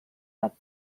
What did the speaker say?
hat